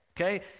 okay